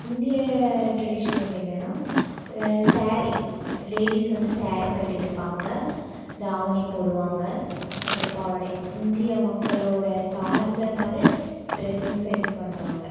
இந்திய ட்ரெடிஷனல் என்னெனா சாரி லேடீஸ் வந்து சாரி கட்டிருப்பாங்க தாவணி போடுவாங்க பட்டுப்பாவாடை இந்திய மக்களோடய சார்ந்த மாதிரி ட்ரெஸ்ஸிங் சென்ஸ் பண்ணுவாங்க